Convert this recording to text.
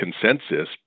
consensus